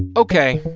ok,